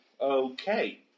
Okay